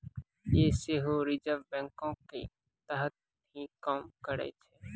यें सेहो रिजर्व बैंको के तहत ही काम करै छै